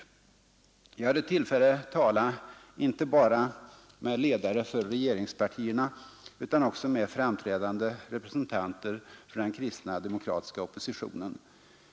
Jag hade tillfälle tala inte bara med ledare för regeringspartierna utan också med framträdande representanter för den kristna demokratiska oppositionen.